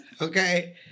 Okay